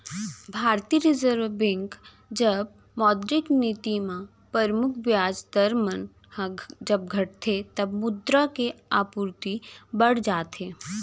भारतीय reserve bank जब मौद्रिक नीति म परमुख बियाज दर मन ह जब घटाथे तब मुद्रा के आपूरति बड़ जाथे